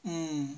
mm